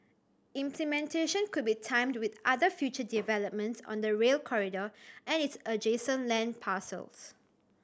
implementation could be timed with other future developments on the Rail Corridor and its adjacent land parcels